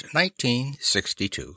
1962